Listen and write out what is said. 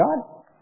God